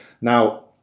Now